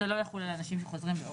זה לא יחול על אנשים שחוזרים באוגוסט.